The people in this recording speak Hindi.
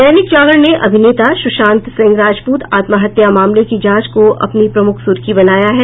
दैनिक जागरण ने अभिनेता सुशांत सिंह राजपुत आत्महत्या मामले की जांच को अपनी प्रमुख सुर्खी बनाया है